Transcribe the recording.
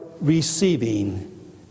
receiving